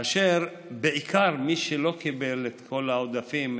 בעיקר מי שלא קיבל את כל העודפים,